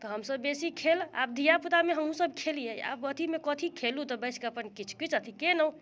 तऽ हम सब बेसी खेल आब धिया पूतामे हमहुँ सब खेलिए आब अथीमे कथी खेलू तऽ बैसेके अपन किछु किछु अथी केलहुँ